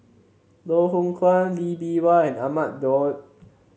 Loh Hoong Kwan Lee Bee Wah and Ahmad Daud